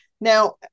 Now